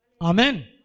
Amen